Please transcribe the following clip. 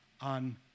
on